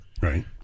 Right